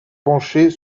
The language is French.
pencher